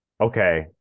okay